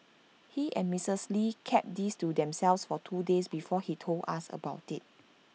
he and Mistress lee kept this to themselves for two days before he told us about IT